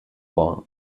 waren